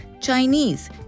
Chinese